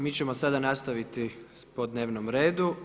Mi ćemo sada nastaviti po dnevnom redu.